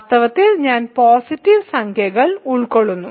വാസ്തവത്തിൽ ഞാൻ പോസിറ്റീവ് സംഖ്യകൾ ഉൾക്കൊള്ളുന്നു